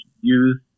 use